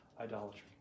idolatry